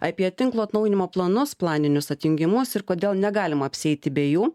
apie tinklo atnaujinimo planus planinius atjungimus ir kodėl negalima apsieiti be jų